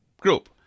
group